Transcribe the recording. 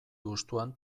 hustuan